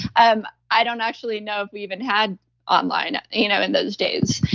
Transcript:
um i don't actually know if we even had online you know in those days,